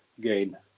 gain